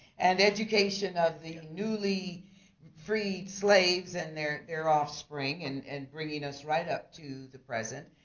and education of the newly freed slaves and their their offspring, and and bringing us right up to the present.